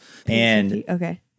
Okay